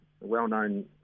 well-known